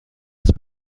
است